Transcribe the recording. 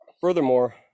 Furthermore